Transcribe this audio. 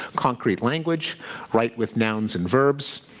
concrete language. write with nouns and verbs.